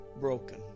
broken